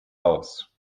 haus